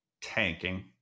tanking